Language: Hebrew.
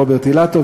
רוברט אילטוב,